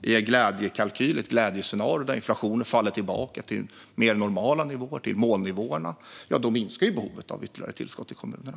I ett glädjescenario där inflationen faller tillbaka till mer normala nivåer, målnivåerna, minskar behovet av ytterligare tillskott till kommunerna.